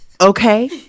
okay